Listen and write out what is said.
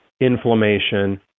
inflammation